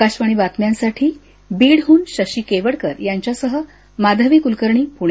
आकाशवाणी बातम्यांसाठी बीडहून शशीकेवडकर यांच्यासह माधवी कुलकर्णी पुणे